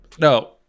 No